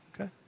okay